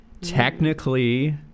technically